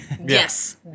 Yes